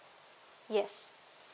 yes